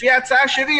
לפי ההצעה שלי,